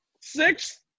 Six